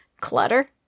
clutter